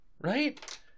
right